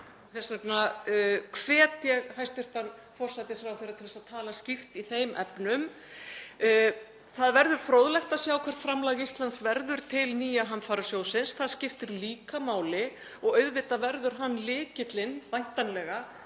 Þess vegna hvet ég hæstv. forsætisráðherra til að tala skýrt í þeim efnum. Það verður fróðlegt að sjá hvert framlag Íslands verður til nýja hamfarasjóðsins. Það skiptir líka máli og auðvitað verður hann lykillinn, væntanlega,